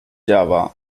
java